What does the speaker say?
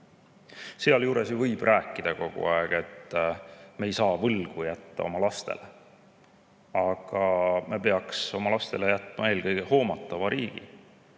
Sealjuures võib rääkida kogu aeg, et me ei saa jätta võlga oma lastele. Aga me peaks jätma oma lastele eelkõige hoomatava riigi.